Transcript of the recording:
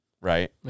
right